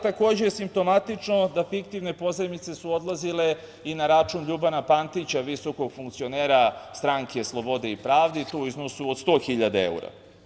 Takođe da je simptomatično da fiktivne pozajmice su odlazile i na račun Ljubana Pantića, visokog funkcionera Stranke slobode i pravde i to u iznosu od 100.000 evra.